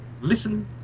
Listen